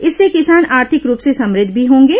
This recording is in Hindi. इससे किसान आर्थिक रूप समृद्ध भी होंगे